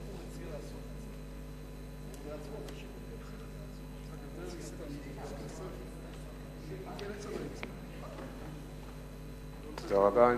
תודה רבה.